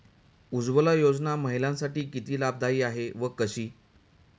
उज्ज्वला योजना महिलांसाठी किती लाभदायी आहे व कशी?